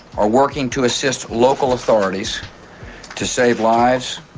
are working to assist local authorities to save lives